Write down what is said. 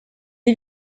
est